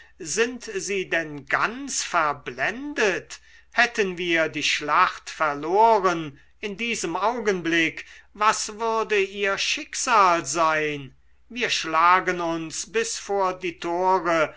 sind sie denn ganz verblendet hätten wir die schlacht verloren in diesem augenblick was würde ihr schicksal sein wir schlagen uns bis vor die tore